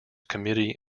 committee